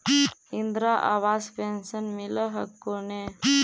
Indira Awas pension मिल हको ने?